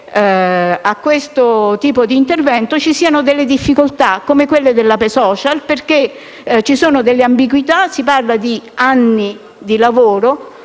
a questo tipo di intervento ci siano difficoltà come quelle dell'APE *social*. Ci sono delle ambiguità: si parla di anni di lavoro,